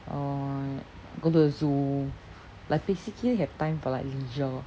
or go to the zoo like basically have time for like leisure